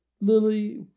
Lily